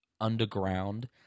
underground